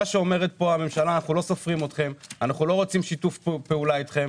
אבל הממשלה אומרת פה שהיא לא סופרת אותם לא רוצה שיתוף פעולה איתם,